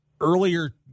earlier